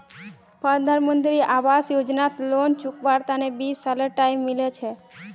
प्रधानमंत्री आवास योजनात लोन चुकव्वार तने बीस सालेर टाइम मिल छेक